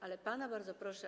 Ale pana bardzo proszę.